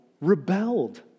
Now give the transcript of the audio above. rebelled